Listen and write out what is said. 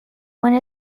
one